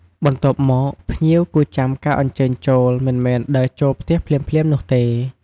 បន្ទាប់មក ភ្ញៀវគួរចាំការអញ្ជើញចូល មិនមែនដើរចូលផ្ទះភ្លាមៗនោះទេ។